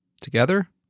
together